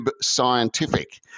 Scientific